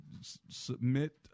submit